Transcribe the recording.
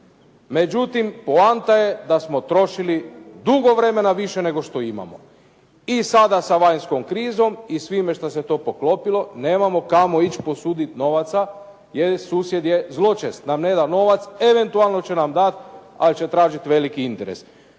međutim poanta je da smo trošili dugo vremena više nego što imamo i sada sa vanjskom krizom i svime što se to poklopilo nemamo kamo ići posuditi novaca, jer susjed je zločest, nam neda novac, eventualno će nam dati, ali će tražiti veliki interes.